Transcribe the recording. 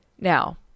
Now